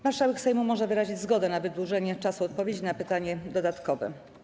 Marszałek Sejmu może wyrazić zgodę na wydłużenie czasu odpowiedzi na pytanie dodatkowe.